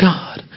God